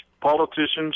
politicians